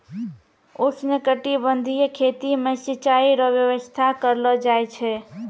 उष्णकटिबंधीय खेती मे सिचाई रो व्यवस्था करलो जाय छै